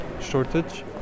shortage